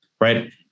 right